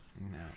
No